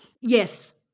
Yes